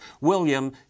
William